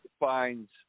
defines